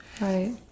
Right